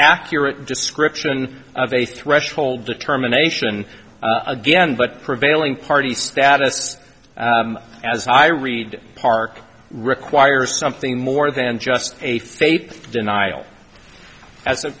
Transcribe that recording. accurate description of a threshold determination again but prevailing party status as i read park require something more than just a faith denial a